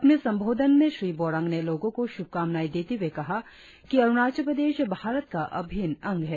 अपने संबोधित में श्री बोरांग ने लोगों को शुभकामनाए देते हुए कहा कि अरुणाचल प्रदेश भारत का अभिन्न अंग है